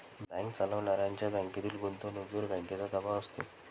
bank चालवणाऱ्यांच्या बँकेतील गुंतवणुकीवर बँकेचा ताबा असतो